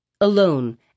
alone